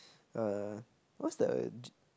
err what's the g~